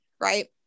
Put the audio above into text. Right